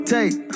Take